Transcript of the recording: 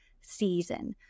season